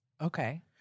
okay